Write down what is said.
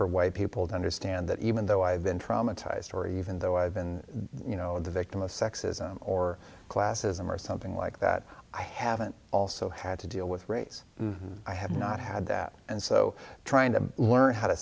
for why people don't understand that even though i have been traumatized or even though i've been you know the victim of sexism or classism or something like that i haven't also had to deal with race i have not had that and so trying to learn how to